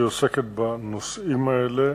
שעוסקת בנושאים האלה.